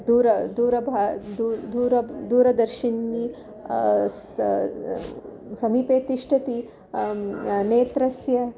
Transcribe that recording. दूर दूरभा दु दूर दूरदर्शिन्याः समीपे तिष्ठति नेत्रस्य